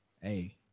Hey